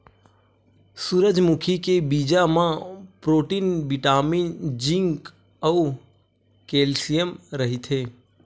सूरजमुखी के बीजा म प्रोटीन, बिटामिन, जिंक अउ केल्सियम रहिथे